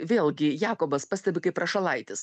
vėlgi jakobas pastebi kaip prašalaitis